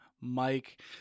Mike